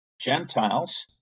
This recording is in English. Gentiles